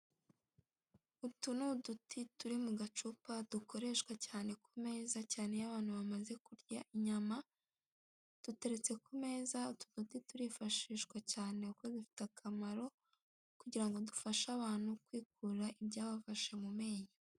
Utu ni uduti turi mu gacupa, dukoreshwa cyane ku meza, cyane iyo abantu bamaze kurya inyama. Duteretse ku meza. Utu duti turifashishwa cyane kuko dufite akamaro, kugira ngo dufashe abantu kwikura ibyabafashe mu menyo.